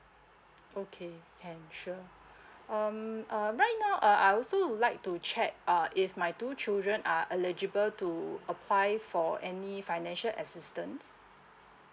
okay can sure um uh right now uh I also would like to check uh if my two children are eligible to apply for any financial assistance